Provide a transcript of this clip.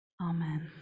Amen